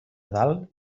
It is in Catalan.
dalt